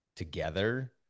together